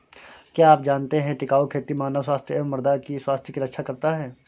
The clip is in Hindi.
क्या आप जानते है टिकाऊ खेती मानव स्वास्थ्य एवं मृदा की स्वास्थ्य की रक्षा करता हैं?